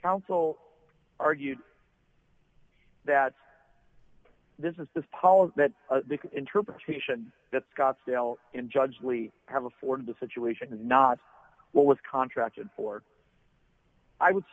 council argued that this is the policy that the interpretation that scottsdale in judge we have afforded the situation and not what was contracted for i would